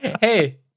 Hey